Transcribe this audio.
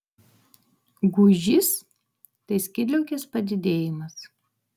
gūžys tai skydliaukės padidėjimas